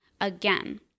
again